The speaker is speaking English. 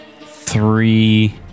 three